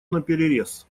наперерез